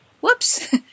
whoops